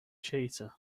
cheetah